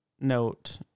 note